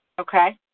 Okay